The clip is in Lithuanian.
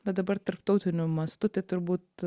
bet dabar tarptautiniu mastu tai turbūt